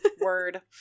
Word